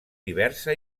diversa